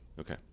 Okay